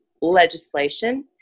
legislation